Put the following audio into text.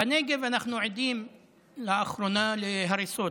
בנגב אנחנו עדים לאחרונה להריסות,